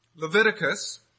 Leviticus